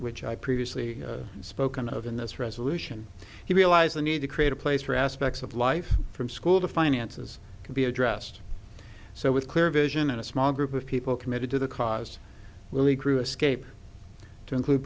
which i previously spoken of in this resolution he realized the need to create a place for aspects of life from school to finances can be addressed so with clear vision and a small group of people committed to the cause really crew escape to include